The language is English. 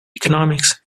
economics